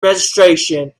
registration